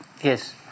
Yes